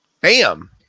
bam